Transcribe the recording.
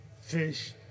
fish